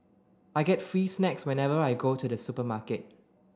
I get free snacks whenever I go to the supermarket